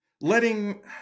letting